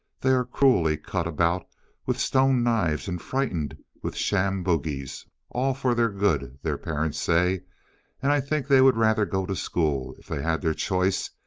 they are cruelly cut about with stone knives and frightened with sham bogies all for their good' their parents say and i think they would rather go to school, if they had their choice,